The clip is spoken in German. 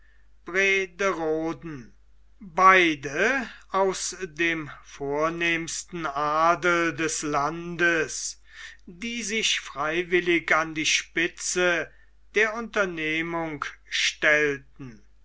beide aus dem vornehmsten adel des landes die sich freiwillig an die spitze der unternehmung stellten